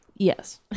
Yes